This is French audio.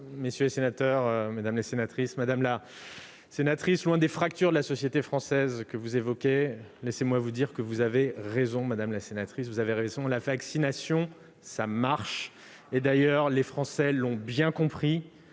et des familles. Madame la sénatrice, loin des fractures de la société française que vous évoquez, laissez-moi vous dire que vous avez raison : la vaccination, ça marche ! D'ailleurs, les Français l'ont bien compris